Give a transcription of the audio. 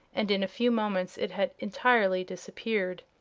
and in a few moments it had entirely disappeared.